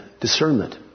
discernment